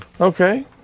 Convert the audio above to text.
Okay